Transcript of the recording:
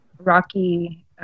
rocky